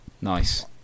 Nice